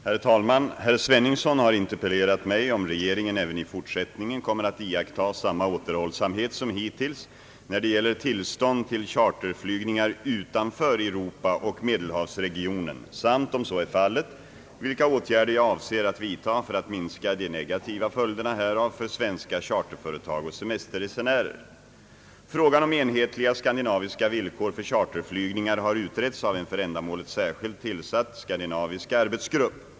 Herr talman! Herr Sveningsson har interpellerat mig om regeringen även i fortsättningen kommer att iakttaga samma återhållsamhet som hittills när det gäller tillstånd till charterflygningar utanför Europa och Medelhavsregionen samt, om så är fallet, vilka åtgärder jag avser att vidtaga för att minska de negativa följderna härav för svenska charterföretag och semesterresenärer. Frågan om enhetliga skandinaviska villkor för charterflygningar har utretts av en för ändamålet särskilt tillsatt skandinavisk arbetsgrupp.